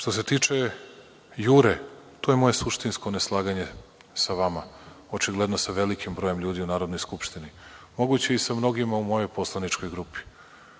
se tiče „Jure“, to je moje suštinsko neslaganje sa vama, očigledno sa velikim brojem ljudi u Narodnoj skupštini, moguće i sa mnogima u mojoj poslaničkoj grupi.